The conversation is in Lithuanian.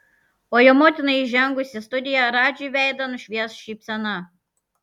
o jo motinai įžengus į studiją radži veidą nušvies šypsena